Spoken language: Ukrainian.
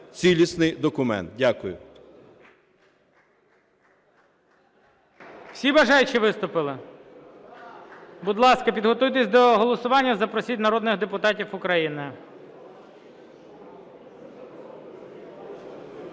цілісний документ. Дякую.